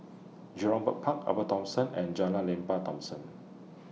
Jurong Bird Park Upper Thomson and Jalan Lembah Thomson